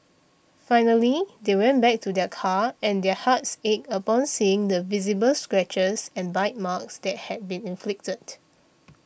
finally they went back to their car and their hearts ached upon seeing the visible scratches and bite marks that had been inflicted